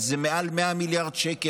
זה מעל 100 מיליארד שקל.